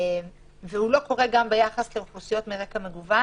הוא לא קורה גם ביחס לאוכלוסיות מרקע מגוון.